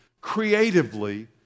creatively